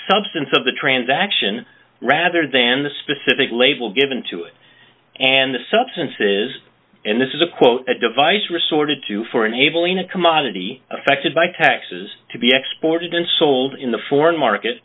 substance of the transaction rather than the specific label given to it and the substances and this is a quote a device resorted to for enabling a commodity affected by taxes to be exported and sold in the foreign market